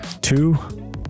Two